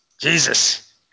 Jesus